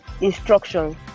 instructions